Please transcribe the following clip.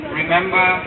remember